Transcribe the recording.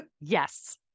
Yes